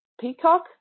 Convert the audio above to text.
Peacock